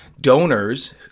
donors